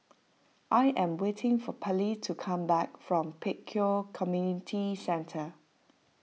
I am waiting for Pallie to come back from Pek Kio Community Centre